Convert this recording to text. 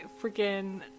freaking